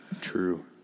True